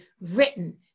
written